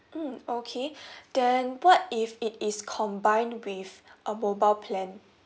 mmhmm okay then what if it is combined with a mobile plan